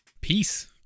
Peace